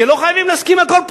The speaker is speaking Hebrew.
כי לא חייבים להסכים על כל פרט.